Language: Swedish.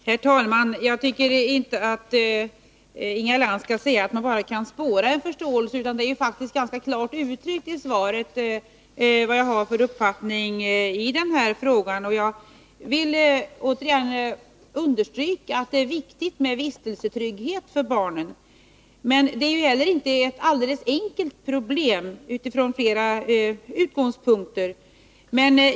Herr talman! Jag tycker inte att Inga Lantz skall säga att man bara kan spåra en förståelse i svaret. Det uttrycks faktiskt ganska klart i svaret vad jag har för uppfattning i den här frågan. Jag vill återigen understryka att det är viktigt med vistelsetrygghet för barnen. Men det är inte heller ett så enkelt problem, från flera utgångspunkter.